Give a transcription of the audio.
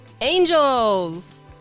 angels